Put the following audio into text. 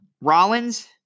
Rollins